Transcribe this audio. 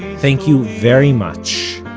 thank you very much,